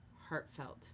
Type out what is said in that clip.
Heartfelt